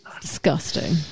disgusting